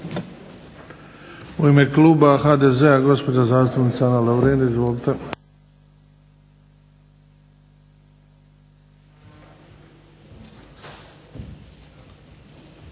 U ime kluba HDZ-a gospođa zastupnica Ana Lovrin. Izvolite.